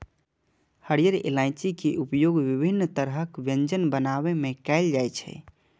हरियर इलायची के उपयोग विभिन्न तरहक व्यंजन बनाबै मे कैल जाइ छै